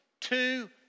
two